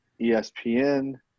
ESPN